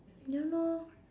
ya lor